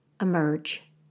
emerge